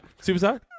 Suicide